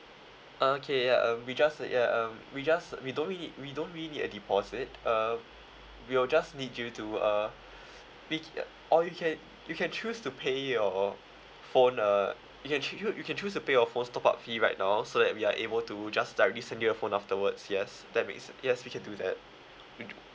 okay yeah um we just yeah um we just we don't really we don't really need a deposit uh we'll just need you to uh we uh or you can you can choose to pay your phone uh you can choo~ you can choose to pay your phone's top up fee right now so that we are able to just directly send you a phone afterwards yes that makes yes we can do that